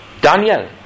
Daniel